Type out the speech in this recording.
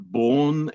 born